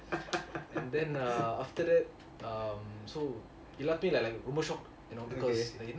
okay